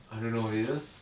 I don't know they just